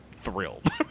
thrilled